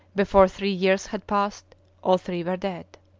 before three years had passed all three were dead.